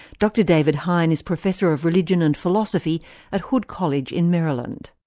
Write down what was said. dr david hein is professor of religion and philosophy at hood college, in maryland.